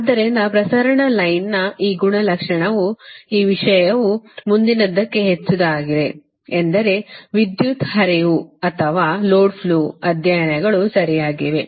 ಆದ್ದರಿಂದ ಪ್ರಸರಣ ಲೈನ್ನ ಈ ಗುಣಲಕ್ಷಣವು ಈ ವಿಷಯವು ಮುಂದಿನದಕ್ಕಿಂತ ಹೆಚ್ಚಿನದಾಗಿದೆ ಎಂದರೆ ವಿದ್ಯುತ್ ಹರಿವು ಅಥವಾ ಲೋಡ್ ಫ್ಲೋ ಅಧ್ಯಯನಗಳು ಸರಿಯಾಗಿವೆ